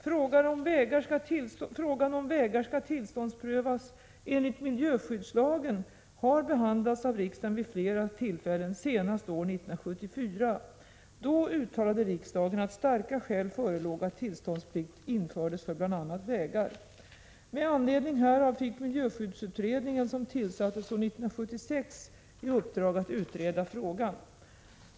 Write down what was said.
Frågan om vägar skall tillståndsprövas enligt miljöskyddslagen har behandlats av riksdagen vid flera tillfällen, senast år 1974. Då uttalade riksdagen att starka skäl förelåg att tillståndsplikt infördes för bl.a. vägar. Med anledning härav fick miljöskyddsutredningen, som tillsattes år 1976, i uppdrag att utreda frågan.